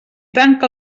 tanca